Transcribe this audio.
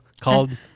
called